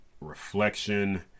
reflection